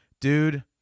dude